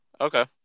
Okay